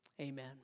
Amen